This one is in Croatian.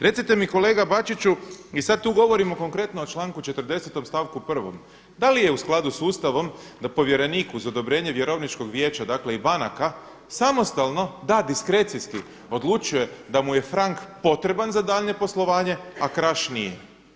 Recite mi kolega Bačiću i sad tu govorimo konkretno o članku 40. stavku 1. da li je u skladu sa Ustavom da povjereniku za odobrenje vjerovničkog vijeća, dakle i banaka samostalno da diskrecijski odlučuje da mu je Franck potreban za daljnje poslovanje, a Kraš nije.